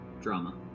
drama